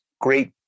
great